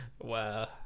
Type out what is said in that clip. Wow